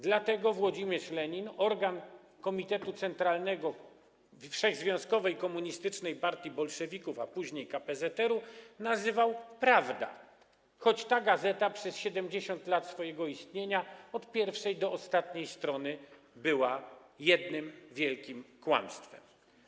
Dlatego Włodzimierz Lenin organ Komitetu Centralnego Wszechzwiązkowej Komunistycznej Partii (bolszewików), a później KPZR nazwał „Prawda”, choć ta gazeta przez 70 lat swojego istnienia od pierwszej do ostatniej strony była jednym wielkim kłamstwem.